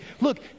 Look